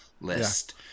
list